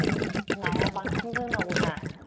नाया बांसिन रोनावो ना